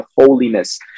holiness